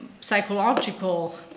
psychological